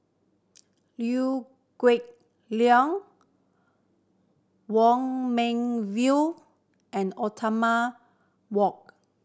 Liew Geok Leong Wong Meng Voon and Othman Wok